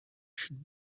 should